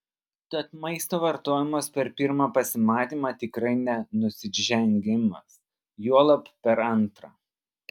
tad maisto vartojimas per pirmą pasimatymą tikrai ne nusižengimas juolab per antrą